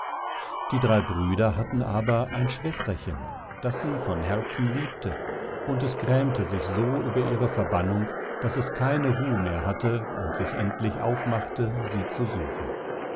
die drei brüder hatten aber ein schwesterchen das sie von herzen liebte und es grämte sich so über ihre verbannung daß es keine ruh mehr hatte und sich endlich aufmachte sie zu suchen